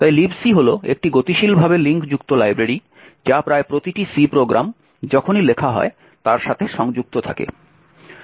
তাই Libc হল একটি গতিশীলভাবে লিঙ্কযুক্ত লাইব্রেরি যা প্রায় প্রতিটি C প্রোগ্রাম যখনই লেখা হয় তার সাথে সংযুক্ত থাকে